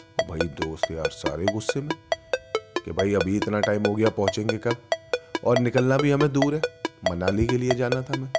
اور بھائی دوست یار سارے غصّے میں کہ بھائی ابھی اتنا ٹائم ہو گیا پہنچیں گے کب اور نکلنا بھی ہمیں دور ہے منالی کے لئے جانا تھا